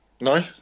No